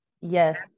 Yes